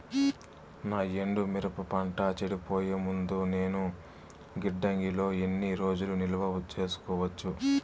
నా ఎండు మిరప పంట చెడిపోయే ముందు నేను గిడ్డంగి లో ఎన్ని రోజులు నిలువ సేసుకోవచ్చు?